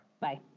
Bye